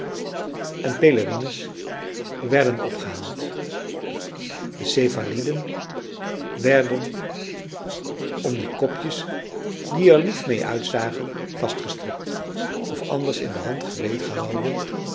en pelerines werden opgehaald de cephaliden werden om die kopjes die er lief mee uitzagen vastgestrikt of anders in de hand gereed gehouden